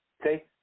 okay